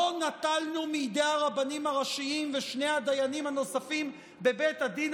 לא נטלנו מידי הרבנים הראשיים ושני הדיינים הנוספים בבית הדין